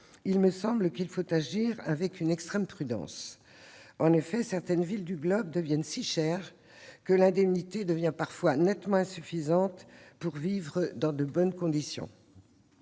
me semble-t-il, avec une extrême prudence. En effet, certaines villes du globe deviennent si chères que l'indemnité se révèle parfois nettement insuffisante pour vivre dans de bonnes conditions.